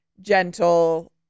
gentle